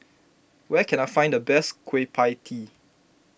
where can I find the best Kueh Pie Tee